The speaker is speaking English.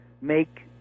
make